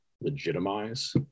legitimize